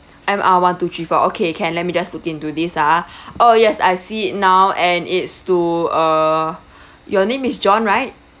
M_R one two three four okay can let me just look into this ah oh yes I see it now and it's to uh your name is john right